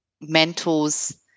mentors